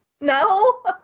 No